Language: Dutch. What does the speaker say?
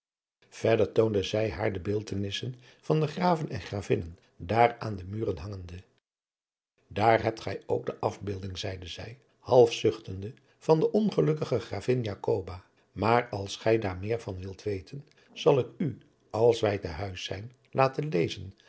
verder toonde zij haar de beeldtenissen van de graven en gravinnen daar aan de muren hangende daar hebt gij ook de afbeelding zeide zij half zuchtende van de ongelukkige gravin jacoba maar als gij daar meer van wilt weten zal ik u als wij te huis zijn laten lezen